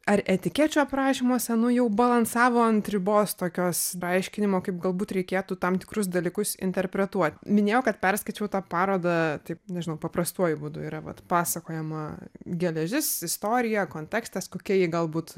ar etikečių aprašymuose jau balansavo ant ribos tokios paaiškinimo kaip galbūt reikėtų tam tikrus dalykus interpretuot minėjau kad perskaičiau tą parodą taip nežinau paprastuoju būdu yra vat pasakojama geležis istorija kontekstas kokia ji galbūt